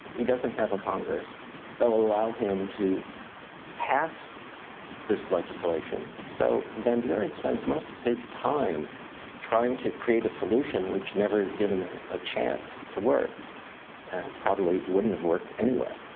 he doesn't have a congress that will allow him to pass this legislation, so van buren spends most of his time trying to create a solution which never is given ah a chance to work and probably wouldn't have worked anyway.